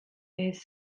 tehes